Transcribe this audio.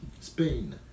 Spain